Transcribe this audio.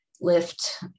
lift